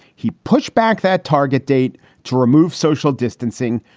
he push-back that target date to remove social distancing,